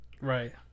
Right